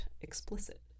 explicit